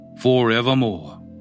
forevermore